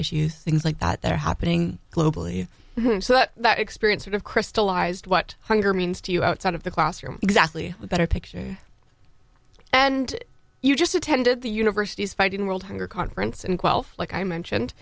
issues things like that they're happening globally so that that experience sort of crystallized what hunger means to you outside of the classroom exactly a better picture and you just attended the university's fighting world hunger conference and twelve like i mentioned